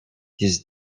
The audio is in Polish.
jest